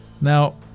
Now